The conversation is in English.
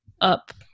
up